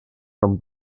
from